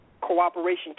cooperation